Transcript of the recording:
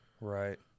right